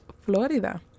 Florida